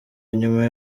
nyuma